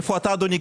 איפה אתה, אדוני?